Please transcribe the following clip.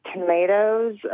tomatoes